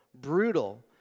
brutal